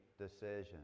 decision